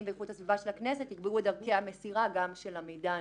והגנת הסביבה של הכנסת יקבעו את דרכי המסירה גם של המידע הנוסף.